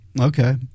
Okay